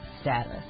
status